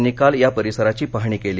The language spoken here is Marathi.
यांनी काल या परिसराची पाहणी केली